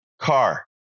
car